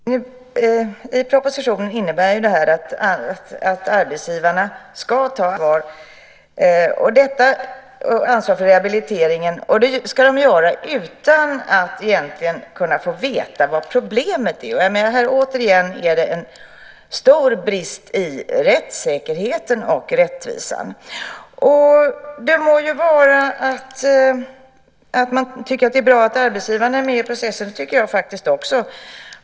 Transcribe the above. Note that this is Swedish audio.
Fru talman! Propositionen innebär att arbetsgivarna ska ta ansvar för rehabiliteringen. Det ska de göra utan att egentligen kunna få veta vad problemet är. Återigen är det en stor brist i rättssäkerheten och rättvisan. Det må så vara att man tycker att det är bra att arbetsgivarna är med i processen; det tycker jag också.